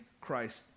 Christ